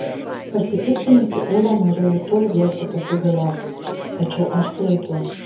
pasipiktinusi ula norėjo tuoj bėgti pas įgaliotinį tačiau aš sulaikiau